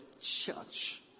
church